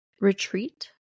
retreat